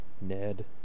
ned